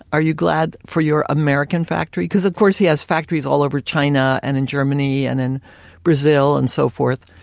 are you glad for your american factory? because of course, he has factories all over china, and in germany, and in brazil, and so forth.